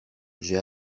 j’ai